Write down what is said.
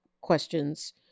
questions